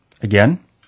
Again